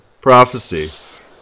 prophecy